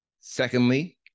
Secondly